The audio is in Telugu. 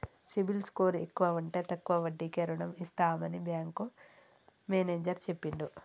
సిబిల్ స్కోర్ ఎక్కువ ఉంటే తక్కువ వడ్డీకే రుణం ఇస్తామని బ్యాంకు మేనేజర్ చెప్పిండు